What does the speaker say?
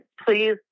Please